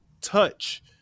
touch